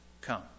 come